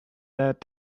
that